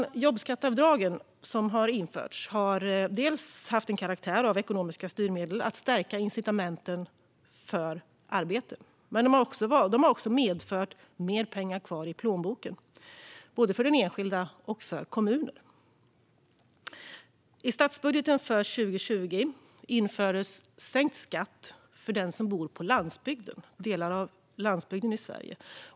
De jobbskatteavdrag som införts har haft karaktären av ekonomiska styrmedel - att stärka incitamenten för arbete - men de har också medfört mer pengar kvar i plånboken, både för den enskilde och för kommuner. I statsbudgeten för 2020 infördes sänkt skatt för den som bor i delar av landsbygden i Sverige.